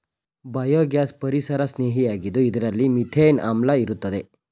biogas ಪರಿಸರಸ್ನೇಹಿಯಾಗಿದ್ದು ಇದರಲ್ಲಿ methane ಆಮ್ಲ ಇರುತ್ತದೆ